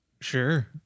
Sure